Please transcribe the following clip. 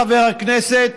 חבר הכנסת,